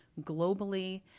globally